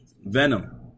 Venom